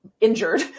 injured